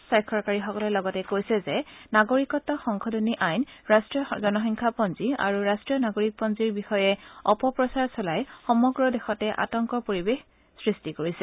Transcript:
স্বাক্ষৰকাৰীসকলে লগতে কৈছে যে নাগৰিকত্ব সংশোধনী আইন ৰাষ্ট্ৰীয় জনসংখ্যা পঞ্জী আৰু ৰাষ্ট্ৰীয় নাগৰিকপঞ্জীৰ বিষয়ে অপপ্ৰচাৰ চলাই সমগ্ৰ দেশতে আতংকৰ পৰিৱেশ সৃষ্টি কৰিছে